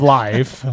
life